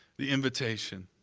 the invitation.